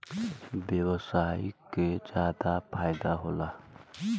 व्यवसायी के जादा फईदा होला